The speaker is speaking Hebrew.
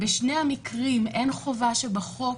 בשני המקרים אין חובה שבחוק